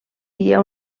dia